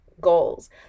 goals